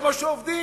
זה מה שעובדים.